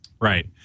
Right